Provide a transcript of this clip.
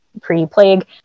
pre-plague